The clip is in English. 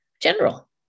General